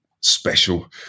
special